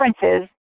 differences